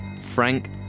Frank